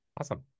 awesome